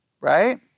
right